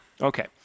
Okay